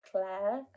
Claire